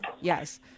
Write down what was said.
Yes